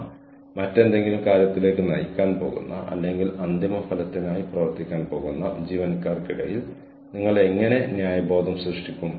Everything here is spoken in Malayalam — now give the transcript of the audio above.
ഞാൻ ഇതേ കാര്യം ചെയ്യുന്ന മറ്റൊരു ഫാക്കൽറ്റി അംഗത്തോട് സംസാരിക്കുന്നു ഞാൻ ഇവിടെ ചെയ്യുന്നു അദ്ദേഹം അവിടെയിരുന്നു കൊണ്ട് മറ്റൊരു കോഴ്സ് പഠിപ്പിക്കുന്നു